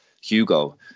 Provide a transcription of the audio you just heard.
Hugo